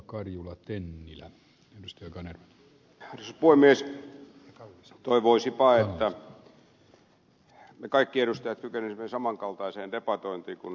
toivoisipa että me kaikki edustajat kykenisimme saman kaltaiseen debatointiin kuin ed